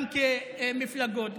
גם כמפלגות,